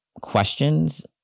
questions